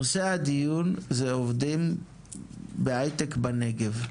נושא הדיון זה עובדים בהייטק בנגב.